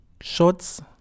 shorts